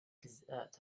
desert